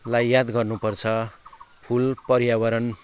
लाई याद गर्नुपर्छ फुल पर्यावरण